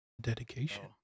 dedication